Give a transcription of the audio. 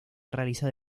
realizada